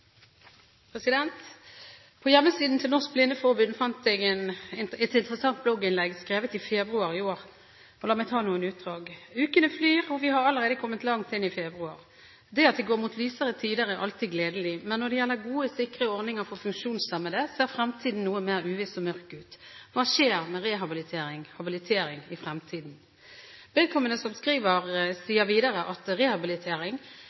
På hjemmesiden til Norges Blindeforbund fant jeg et interessant blogginnlegg, skrevet i februar i år. La meg sitere noen utdrag: «Ukene flyr og vi har allerede kommet langt inn i februar. Det at det går mot lysere tider er alltid gledelig, men når det gjelder gode sikre ordninger for funksjonshemmede ser fremtiden noe mer uviss og mørk ut. – hva skjer med rehabiliteringen/habiliteringen i fremtiden» Vedkommende som skriver, sier videre at rehabilitering